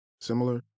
similar